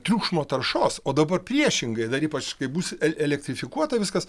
triukšmo taršos o dabar priešingai dar ypač kai bus el elektrifikuota viskas